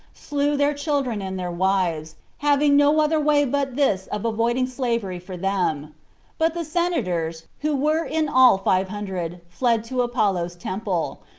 slew their children and their wives, having no other way but this of avoiding slavery for them but the senators, who were in all five hundred, fled to apollo's temple,